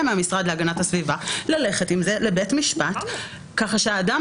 מהמשרד להגנת הסביבה ללכת עם זה לבית המשפט ככה שהאדם